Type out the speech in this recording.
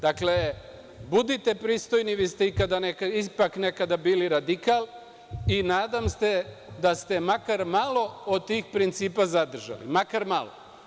Dakle, budite prisutni, vi ste ipak nekad bili radikal i nadam se da ste makar malo od tih principa zadržali, makar malo.